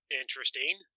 Interesting